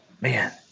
Man